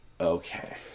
okay